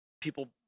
people